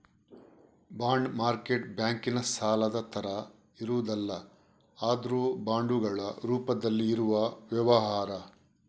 bond market ಬ್ಯಾಂಕಿನ ಸಾಲದ ತರ ಇರುವುದಲ್ಲ ಆದ್ರೂ ಬಾಂಡುಗಳ ರೂಪದಲ್ಲಿ ಇರುವ ವ್ಯವಹಾರ